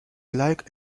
like